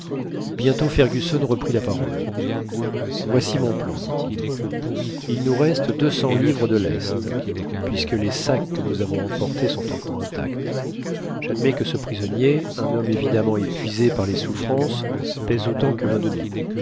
bientôt fergusson reprit la parole voici mon plan dit-il il nous reste deux cents livres de lest puisque les sacs que nous avons emportés sont encore intacts j'admets que ce prisonnier un homme évidemment épuisé par les souffrances pèse autant que l'un de nous